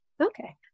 Okay